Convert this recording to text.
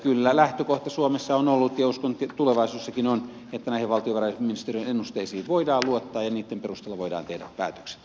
kyllä lähtökohta suomessa on ollut ja uskon että tulevaisuudessakin on että näihin valtiovarainministeriön ennusteisiin voidaan luottaa ja niitten perusteella voidaan tehdä päätökset